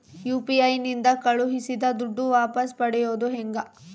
UPI ನಿಂದ ಕಳುಹಿಸಿದ ದುಡ್ಡು ವಾಪಸ್ ಪಡೆಯೋದು ಹೆಂಗ?